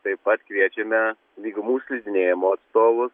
taip pat kviečiame lygumų slidinėjimo atstovus